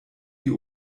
die